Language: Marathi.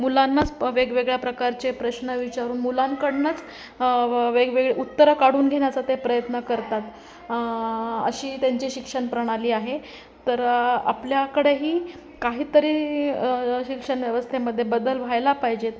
मुलांनाच वेगवेगळ्या प्रकारचे प्रश्न विचारून मुलांकडनंच वेगवेगळे उत्तरं काढून घेण्याचा ते प्रयत्न करतात अशी त्यांची शिक्षण प्रणाली आहे तर आपल्याकडेही काहीतरी शिक्षण व्यवस्थेमध्येदे बदल व्हायला पाहिजेत